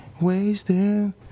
wasting